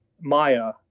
Maya